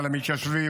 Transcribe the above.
על המתיישבים,